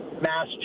mass